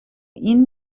این